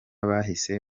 bahise